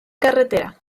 carretera